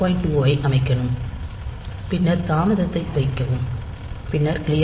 2 ஐ அமைக்கனும் பின்னர் தாமதத்தை வைக்கவும் பின்னர் க்ளியர் 1